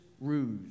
ruse